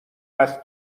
است